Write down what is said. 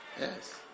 Yes